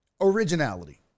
Originality